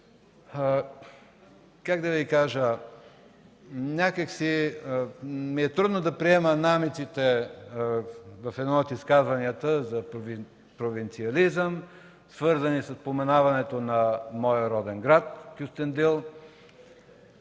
Как да Ви кажа: някак си трудно ми е да приема намеците в едно от изказванията за провинциализъм, свързани със споменаването на моя роден град – Кюстендил.